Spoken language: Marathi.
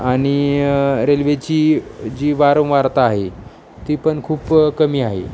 आणि रेल्वेची जी वारंवारता आहे ती पण खूप कमी आहे